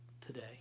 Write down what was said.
today